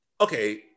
Okay